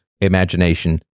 imagination